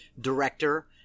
director